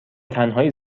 تنهایی